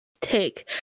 take